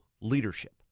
leadership